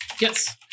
yes